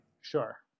Sure